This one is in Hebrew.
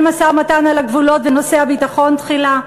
משא-ומתן על הגבולות ונושא הביטחון תחילה.